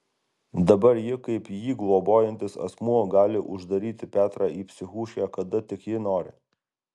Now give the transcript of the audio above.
dabar ji kaip jį globojantis asmuo gali uždaryti petrą į psichuškę kada tik ji nori